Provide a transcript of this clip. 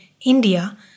India